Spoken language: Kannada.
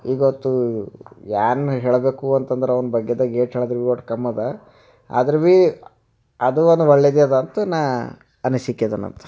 ಈಗೊತ್ತು ಯಾರ್ನ ಹೇಳಬೇಕು ಅಂತಂದ್ರೆ ಅವ್ನ ಬಗ್ಗೆದಾಗಿ ಏಟ್ ಹೇಳಿದರು ಇವು ಕಮ್ಮಿ ಅದ ಆದ್ರು ಭೀ ಅದು ಒಂದು ಒಳ್ಳೇದೆ ಅದ ಅಂತ ನಾನು ಅನಿಸಿಕೆ ಅದ ನಂದು